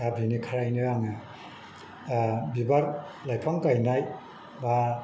दा बेनिखायनो आङो बिबार लाइफां गायनाय बा